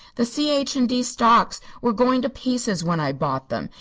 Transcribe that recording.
the c h. and d. stocks were going to pieces when i bought them,